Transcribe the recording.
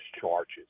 charges